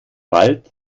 wald